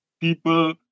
people